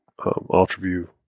UltraView